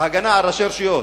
בהגנה על ראשי רשויות,